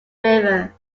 river